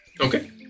Okay